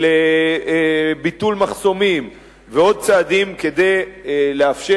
של ביטול מחסומים ועוד צעדים כדי לאפשר